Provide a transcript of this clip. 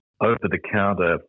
over-the-counter